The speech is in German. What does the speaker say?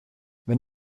wenn